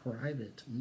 private